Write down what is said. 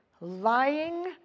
lying